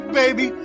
baby